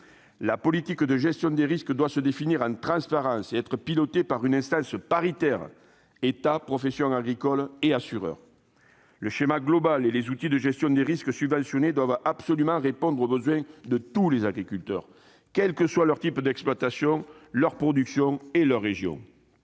la politique de gestion des risques ; ladite politique doit se définir en transparence et être pilotée par une instance paritaire regroupant des représentants de l'État, de la profession agricole et des assureurs. Le schéma global et les outils de gestion des risques subventionnés doivent absolument répondre aux besoins de tous les agriculteurs, quels que soient leur type d'exploitation, leur production et leur région.